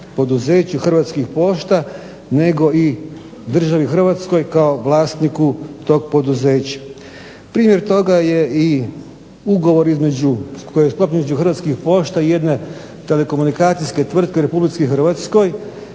Hrvatskih pošta nego i državi Hrvatskoj kao vlasniku tog poduzeća. Primjer toga je i ugovor između koji je sklopljen između Hrvatskih pošta i jedne telekomunikacijske tvrtke u Republici Hrvatskoj,